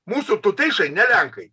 mūsų tuteišai ne lenkai